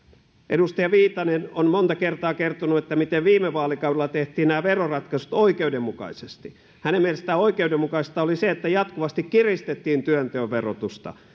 edustaja viitanen on monta kertaa kertonut miten viime vaalikaudella tehtiin nämä veroratkaisut oikeudenmukaisesti hänen mielestään oikeudenmukaista oli se että jatkuvasti kiristettiin työnteon verotusta